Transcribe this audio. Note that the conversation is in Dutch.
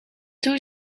toe